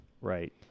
Right